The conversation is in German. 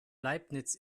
leibniz